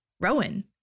Rowan